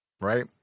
Right